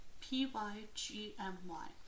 p-y-g-m-y